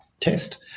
test